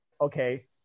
okay